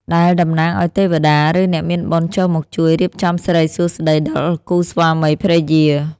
ដែលតំណាងឱ្យទេវតា ឬអ្នកមានបុណ្យចុះមកជួយរៀបចំសិរីសួស្តីដល់គូស្វាមីភរិយា។